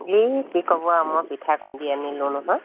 এই কি ক'ব আৰু মই পিঠা খুন্দি আনিলোঁ নহয়